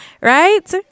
right